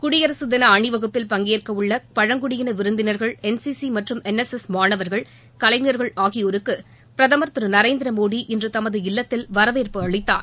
குடியரசு தின அணிவகுப்பில் பங்கேற்கவுள்ள பழங்குடியின விருந்தினர்கள் என்சிசி மற்றும் என்எஸ்எஸ் மாணவர்கள் கலைஞர்கள் ஆகியோருக்கு பிரதமர் திரு நரேந்திரமோடி இன்று தமது இல்லத்தில் வரவேற்பு அளித்தார்